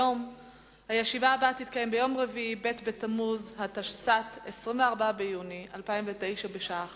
ביום י"א בסיוון התשס"ט (3 ביוני 2009): בצילומים שהתפרסמו